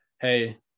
Hey